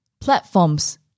platforms